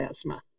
asthma